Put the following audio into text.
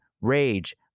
rage